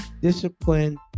discipline